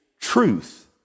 truth